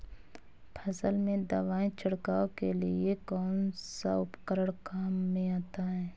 फसल में दवाई छिड़काव के लिए कौनसा उपकरण काम में आता है?